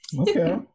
Okay